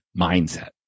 mindset